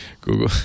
Google